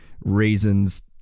reasons